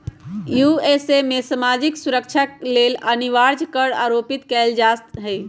USA में सामाजिक सुरक्षा लेल अनिवार्ज कर आरोपित कएल जा हइ